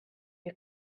ihr